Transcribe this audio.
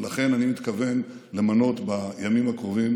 ולכן אני מתכוון למנות בימים הקרובים